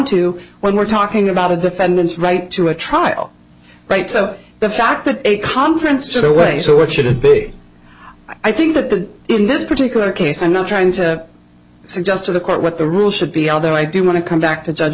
to when we're talking about a defendant's right to a trial right so the fact that a conference to the way so it shouldn't be i think that the in this particular case i'm not trying to suggest to the court what the rule should be although i do want to come back to judge